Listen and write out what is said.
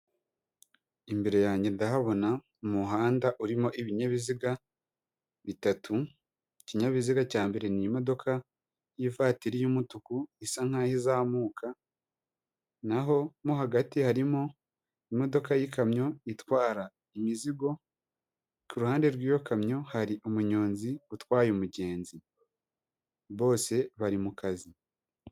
Imbere yanjye ndahabona umuhanda urimo ibinyabiziga bitatu, ikinyabiziga cya mbere ni imodoka y'ivatiri y'umutuku isa nkaho izamuka, nkaho mo hagati harimo imodoka y'ikamyo itwara imizigo, ku ruhande rw'iyo kamyo hari umunyonzi utwaye umugenzi, bose bari mu kazi.